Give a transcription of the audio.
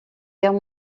guerre